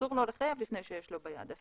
אסור לו לחייב לפני שיש לו ביד הסכמה.